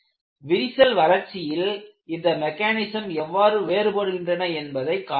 விரிசல் வளர்ச்சியில் இந்த மெக்கானிசம் எவ்வாறு வேறுபடுகின்றன என்பதை காணலாம்